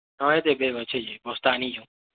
ହଁ ଇଥେ ବ୍ୟାଗ୍ ଅଛି ଯେ ବସ୍ତା ଆଣିଛୁଁ